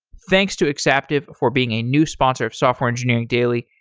thanks to exaptive for being a new sponsor of software engineering daily.